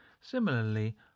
similarly